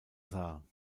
saar